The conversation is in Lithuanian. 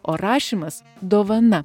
o rašymas dovana